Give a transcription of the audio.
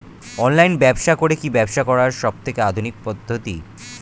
Online ব্যবসা করে কি ব্যবসা করার সবথেকে আধুনিক পদ্ধতি?